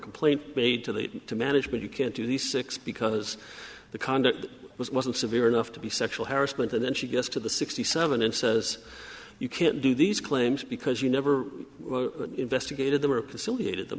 complaint made to the to manage but you can't do these six because the conduct was wasn't severe enough to be sexual harassment and then she gets to the sixty seven and says you can't do these claims because you never investigated them or at the ciliated the